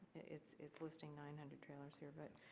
it is listing nine hundred trailers here. but